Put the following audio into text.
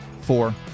four